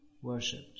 worshipped